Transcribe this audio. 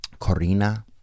Corina